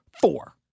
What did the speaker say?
Four